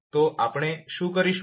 તો આપણે શું કરીશું